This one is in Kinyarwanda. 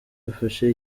bafashe